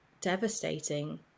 devastating